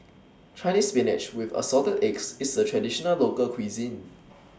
Chinese Spinach with Assorted Eggs IS A Traditional Local Cuisine